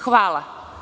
Hvala.